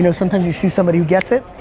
you know sometimes you see somebody who gets it,